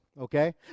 okay